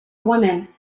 women